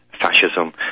fascism